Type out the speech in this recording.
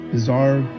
Bizarre